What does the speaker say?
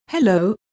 Hello